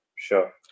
Sure